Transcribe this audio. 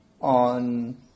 on